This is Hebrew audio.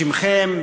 בשמכם,